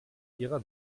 ihrer